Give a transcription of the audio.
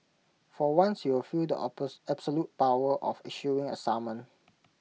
for once you'll feel the absolute power of issuing A summon